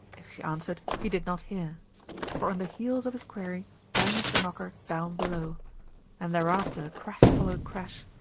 if she answered, he did not hear for on the heels of his query banged the knocker down below and thereafter crash followed crash,